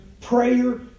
Prayer